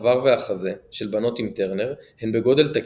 הצוואר והחזה של בנות עם טרנר הן בגודל תקין,